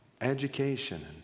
education